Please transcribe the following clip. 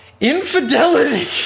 Infidelity